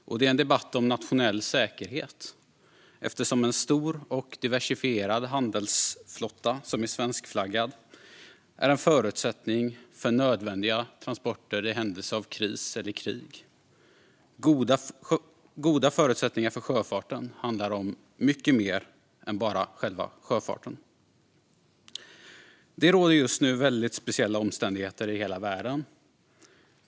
Det är också en debatt om nationell säkerhet, eftersom en stor och diversifierad handelsflotta som är svenskflaggad är en förutsättning för nödvändiga transporter i händelse av kris eller krig. Goda förutsättningar för sjöfarten handlar om mycket mer än bara själva sjöfarten. Det råder just nu väldigt speciella omständigheter i hela världen.